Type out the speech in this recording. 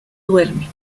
duerme